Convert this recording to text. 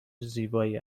زیبایی